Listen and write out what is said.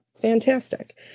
fantastic